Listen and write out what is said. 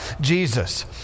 Jesus